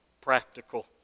practical